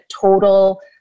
total